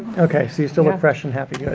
okay, so you still look fresh and happy.